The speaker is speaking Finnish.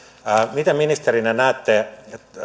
miten ministerinä näette